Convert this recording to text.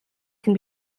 can